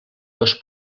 dos